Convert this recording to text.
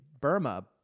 Burma